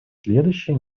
следующие